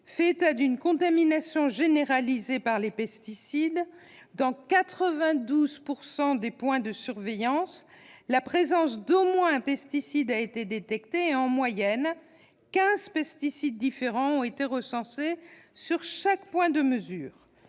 fait état d'une contamination généralisée par les pesticides : dans 92 % des points de surveillance, la présence d'au moins un pesticide a été détectée et, en moyenne, 15 pesticides différents ont été recensés sur chaque point de mesure.